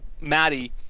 Maddie